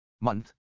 Month